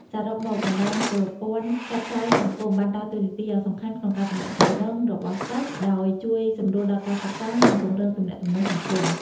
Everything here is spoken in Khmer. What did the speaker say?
សរុបមក បណ្ដាញប្រព័ន្ធផ្សព្វផ្សាយសង្គមបានដើរតួនាទីយ៉ាងសំខាន់ក្នុងការទំនាក់ទំនងរបស់សិស្ស ដោយជួយសម្រួលដល់ការសិក្សា និងពង្រឹងទំនាក់ទំនងសង្គម។